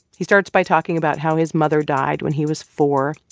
he starts by talking about how his mother died when he was four.